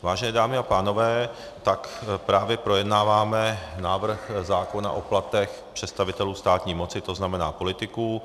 Vážené dámy a pánové, právě projednáváme návrh zákona o platech představitelů státní moci, to znamená politiků.